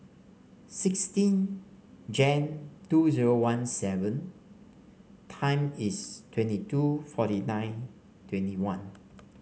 sixteen Jan two zero one seven time is twenty two forty nine twenty one